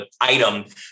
item